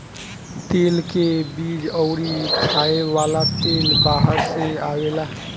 तेल के बीज अउरी खाए वाला तेल बाहर से आवेला